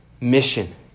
mission